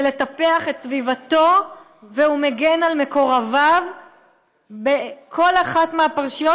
ולטפח את סביבתו והוא מגן על מקורביו בכל אחת מהפרשיות,